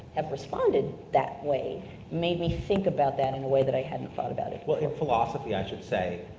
have responded that way made me think about that in a way that i hadn't thought about it. well in philosophy i should say,